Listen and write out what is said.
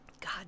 God